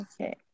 Okay